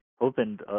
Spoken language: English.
opened